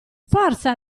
forza